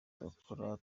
tudakora